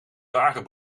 dagen